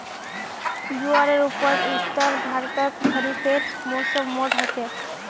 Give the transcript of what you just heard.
ज्वारेर उपज उत्तर भर्तोत खरिफेर मौसमोट होचे